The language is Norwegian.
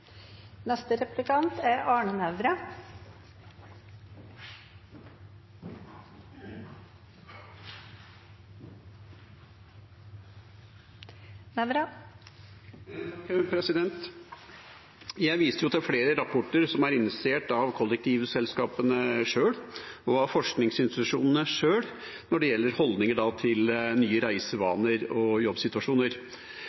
Jeg viste til flere rapporter som er initiert av kollektivselskapene sjøl og av forskningsinstitusjonene sjøl når det gjelder holdninger til nye